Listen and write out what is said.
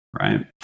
right